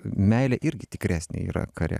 meilė irgi tikresnė yra kare